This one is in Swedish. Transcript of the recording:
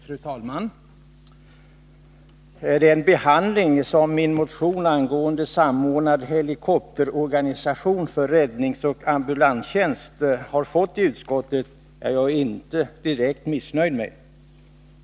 Fru talman! Den behandling som min motion angående samordnad helikopterorganisation för räddningsoch ambulanstjänst fått i utskottet är jag inte direkt missnöjd med.